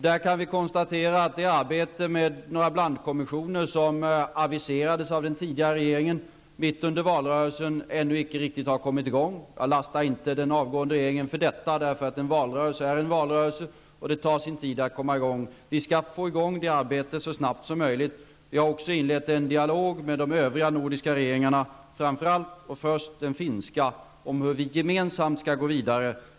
Vi kan konstatera att det arbete med några blandkommissioner som aviserades av den tidigare regeringen mitt uppe i valrörelsen ännu icke har kommit i gång. Jag lastar inte den avgående regeringen för detta. En valrörelse är en valrörelse, och det tar sin tid att komma i gång. Vi skall få i gång det arbetet så snabbt som möjligt. Vi har också inlett en dialog med de övriga nordiska regeringarna, framför allt och först den finska, om hur vi gemensamt skall gå vidare.